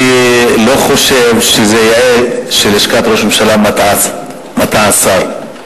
אני לא חושב שזה יאה שלשכת ראש הממשלה מטעה שר.